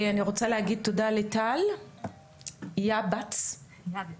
אני רוצה להגיד תודה לטל יעבץ שאיתנו,